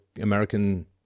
American